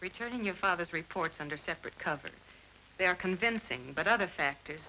returning your father's reports under separate cover they're convincing but other factors